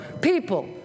people